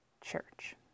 church